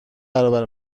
برابر